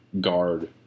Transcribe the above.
guard